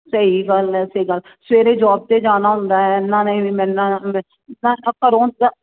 ਸਹੀ ਗੱਲ ਹੈ ਸਹੀ ਗੱਲ ਸਵੇਰੇ ਜੋਬ 'ਤੇ ਜਾਣਾ ਹੁੰਦਾ ਇਹਨਾਂ ਨੇ ਵੀ ਮੇਰੇ ਨਾਲ ਮੈਂ ਘਰੋਂ ਜਾ